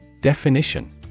Definition